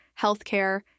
healthcare